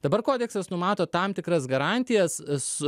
dabar kodeksas numato tam tikras garantijas